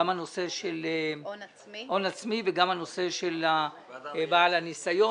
גם הנושא של הון עצמי וגם הנושא של בעל הניסיון.